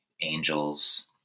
angels